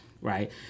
right